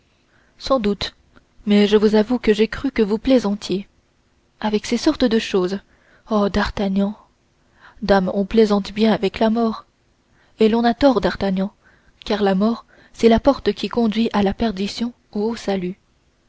sans doute mais je vous avoue que j'ai cru que vous plaisantiez avec ces sortes de choses oh d'artagnan dame on plaisante bien avec la mort et l'on a tort d'artagnan car la mort c'est la porte qui conduit à la perdition ou au salut